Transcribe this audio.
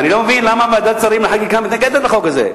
ואני לא מבין למה ועדת השרים לענייני חקיקה מתנגדת לחוק הזה.